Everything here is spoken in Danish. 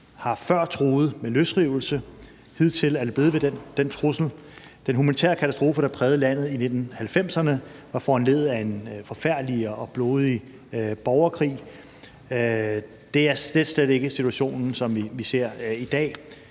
har før truet med løsrivelse. Hidtil er det blevet ved den trussel. Den humanitære katastrofe, der prægede landet i 1990'erne, var foranlediget af en forfærdelig og blodig borgerkrig, og det er slet, slet ikke den situation, som vi ser i dag.